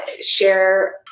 share